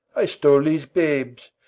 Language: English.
i stole these babes,